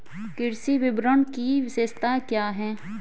कृषि विपणन की विशेषताएं क्या हैं?